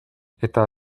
eta